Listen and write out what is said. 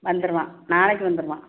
வந்துருவான் நாளைக்கு வந்துருவான்